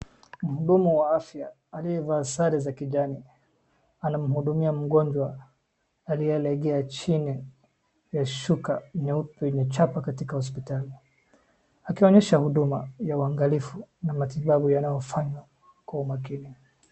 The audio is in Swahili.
Mhudumu wa afya aliyevaa sare za kijani anamhudumia mgonjwa aliyelegea chini ya shuka nyeupe imechapa katika hospitali akionyesha huduma ya uangalifu na matibabu yanayofanywa kwa umakini.